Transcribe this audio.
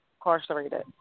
incarcerated